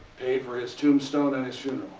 paid for his tombstone and his funeral.